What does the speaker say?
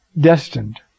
destined